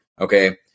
Okay